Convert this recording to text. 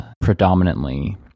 predominantly